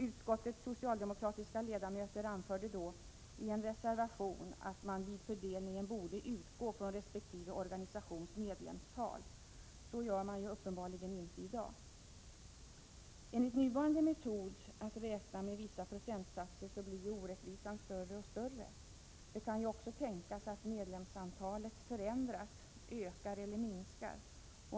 Utskottets socialdemokratiska ledamöter anförde då i en reservation att man vid fördelningen borde utgå från resp. organisations medlemstal. Så gör man uppenbarligen inte i dag. Om man räknar enligt nuvarande metod och gör höjningarna med procentsatser blir orättvisan större och större. Det kan också tänkas att medlemsantalet förändras — ökar eller minskar.